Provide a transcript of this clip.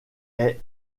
est